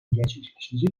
gerçekleşecek